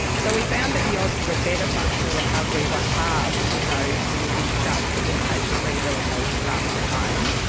so we found that the odds of a better functional recovery were halved in those who were discharged to inpatient rehabilitation rather than home,